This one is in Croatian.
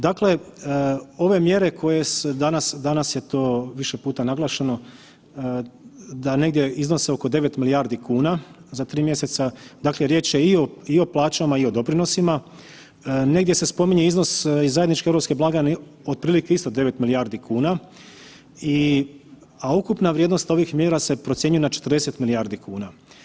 Dakle, ove mjere koje se danas, danas je to više puta naglašeno da negdje iznose oko 9 milijardi kuna za 3 mjeseca, dakle riječ je i o plaćama i o doprinosima, negdje se spominje iznos iz zajedničke europske blagajne otprilike isto 9 milijardi kuna i, a ukupna vrijednost ovih mjera se procjenjuje na 40 milijardi kuna.